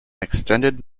extended